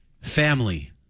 Family